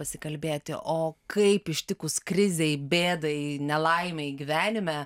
pasikalbėti o kaip ištikus krizei bėdai nelaimei gyvenime